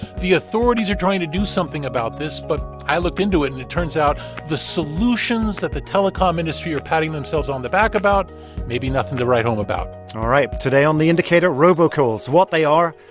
the authorities are trying to do something about this. but i looked into it, and it turns out the solutions that the telecom industry are patting themselves on the back about may be nothing to write home about all right. today on the indicator, robocalls what they are,